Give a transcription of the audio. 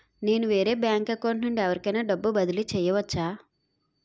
నేను వేరే బ్యాంకు నుండి ఎవరికైనా డబ్బు బదిలీ చేయవచ్చా?